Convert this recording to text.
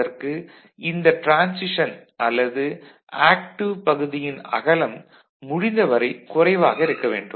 அதற்கு இந்த டிரான்சிஷன் அல்லது ஆக்டிவ் பகுதியின் அகலம் முடிந்தவரை குறைவாக இருக்க வேண்டும்